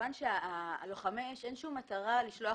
כמובן שלוחמי האיש אין שום מטרה לשלוח